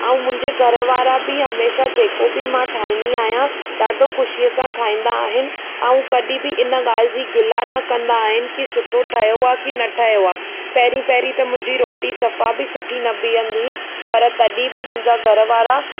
ऐं मुंहिंजे घर वारा बि हमेशह जेको बि मां ठाहींदी आहियां ॾाढो खुशीअ सां खाईंदा आहिनि ऐं कॾहिं बि इन ॻाल्हि जी गिला न कंदा आहिनि कि सुठो ठहियो आहे कि न ठहियो आहे पहिरीं पहिरीं त मुंहिंजी रोटी सफ़ा बि सुठी न बीहंदी हुई पर तॾहिं बि मुंहिंजा घर वारा